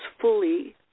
fully